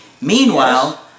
Meanwhile